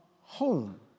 home